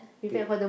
prep~